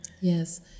Yes